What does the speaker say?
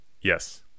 yes